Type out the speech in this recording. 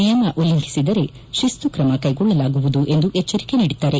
ನಿಯಮ ಉಲ್ಲಂಘಿಸಿದರೆ ಶಿಸ್ತು ಕ್ರಮ ಕೈಗೊಳ್ಳಲಾಗುವುದು ಎಂದು ಎಚ್ವರಿಕೆ ನೀಡಿದ್ದಾರೆ